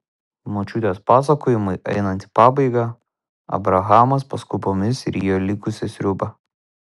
močiutės pasakojimui einant į pabaigą abrahamas paskubomis rijo likusią sriubą